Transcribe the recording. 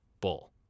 bull